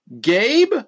Gabe